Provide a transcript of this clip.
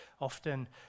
often